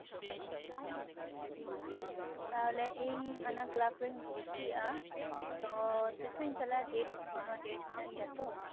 ᱦᱩᱸ ᱴᱷᱤᱠᱜᱮᱭᱟ ᱛᱟᱦᱞᱮ ᱤᱧ ᱚᱱᱟ ᱠᱞᱟᱵᱽ ᱨᱤᱧ ᱵᱷᱩᱨᱛᱤᱜᱼᱟ ᱛᱚ ᱛᱤᱥᱤᱧ ᱪᱟᱞᱟᱜᱼᱟ ᱮᱠᱷᱚᱱᱳ ᱰᱮᱹᱴ ᱢᱮᱱᱟᱜ ᱜᱮᱭᱟ ᱛᱚ